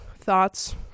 thoughts